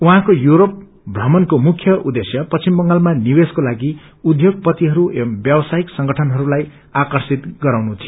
उहाँको यूरोप भ्रमणको मुख्य उद्देश्य पश्चिम बंगालमा निवेशको लागि उध्योगपतिहरू एवं व्यवस्पिक संगठनहरूलाई आर्कषित गराउनु थियो